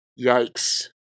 Yikes